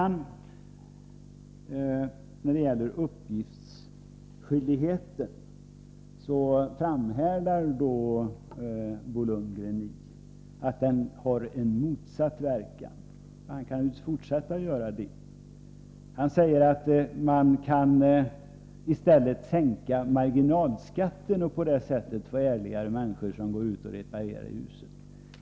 När det gäller uppgiftsskyldigheten framhärdar Bo Lundgren i att denna har en motsatt verkan, och det kan han naturligtvis fortsätta med. Han säger att man i stället kunde sänka marginalskatten, vilket skulle medföra att de människor som reparerar våra hus blev ärligare.